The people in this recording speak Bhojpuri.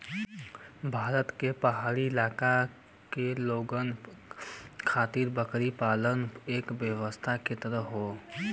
भारत के पहाड़ी इलाका के लोगन खातिर बकरी पालन एक व्यवसाय के तरह हौ